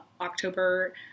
october